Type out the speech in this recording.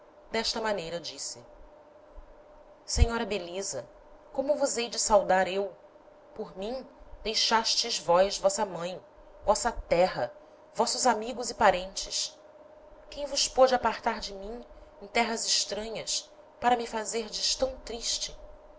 d'esta maneira disse senhora belisa como vos hei de saudar eu por mim deixastes vós vossa mãe vossa terra vossos amigos e parentes quem vos pôde apartar de mim em terras estranhas para me fazerdes tam triste